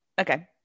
Okay